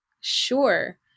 Sure